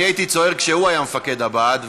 אני הייתי צוער כשהוא היה מפקד הבה"ד,